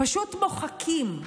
פשוט מוחקים.